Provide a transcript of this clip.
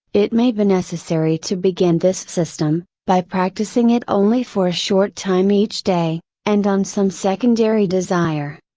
it may be necessary to begin this system, by practicing it only for a short time each day, and on some secondary desire.